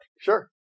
Sure